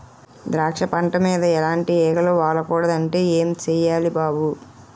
ద్రాక్ష పంట మీద ఎలాటి ఈగలు వాలకూడదంటే ఏం సెయ్యాలి బాబూ?